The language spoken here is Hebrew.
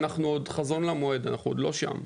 אנחנו עוד חזון למועד, אנחנו עוד לא שם.